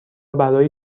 برای